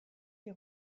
les